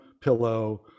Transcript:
pillow